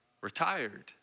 retired